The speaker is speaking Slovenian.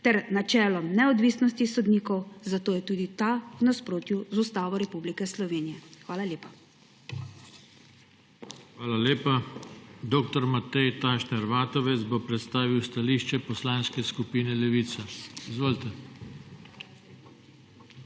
ter načelom neodvisnosti sodnikov, zato je tudi ta v nasprotju z Ustavo Republike Slovenije. Hvala lepa. PODPREDSEDNIK JOŽE TANKO: Hvala lepa. Dr. Matej Tašner Vatovec bo predstavil stališče Poslanske skupine Levica. Izvolite.